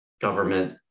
government